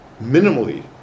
Minimally